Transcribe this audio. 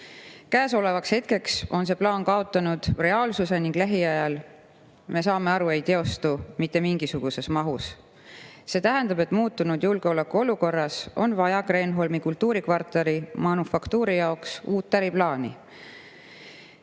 Käesolevaks hetkeks on see plaan kaotanud reaalsuse ning lähiajal, me saame aru, ei teostu see mitte mingisuguses mahus. See tähendab, et muutunud julgeolekuolukorras on vaja Kreenholmi kultuurikvartali "Manufaktuur" jaoks uut äriplaani.